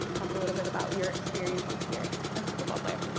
talk a little bit about your experiences here as a football player.